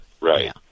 right